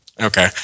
Okay